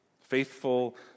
Faithful